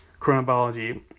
chronobiology